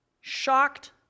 shocked